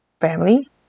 family